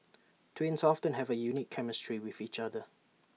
twins often have A unique chemistry with each other